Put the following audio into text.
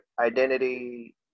identity